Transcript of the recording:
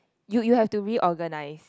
you you have to reorganise